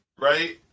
right